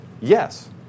Yes